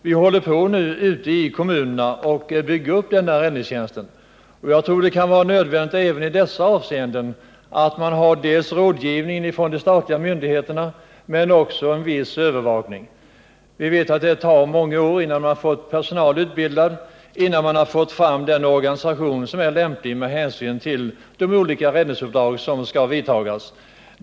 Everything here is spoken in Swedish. Vi håller nu på att bygga upp denna räddningstjänst ute i kommunerna, och jag tror att det även i det avseendet är nödvändigt med dels rådgivning från statliga myndigheter, dels en viss övervakning. Vi vet att det tar många år innan man får personal utbildad, innan man har fått fram den organisation som är lämplig med hänsyn till de olika räddningsuppdrag som skall utföras.